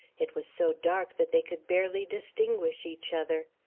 it was so dark that they could barely distinguish each other.